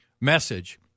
Message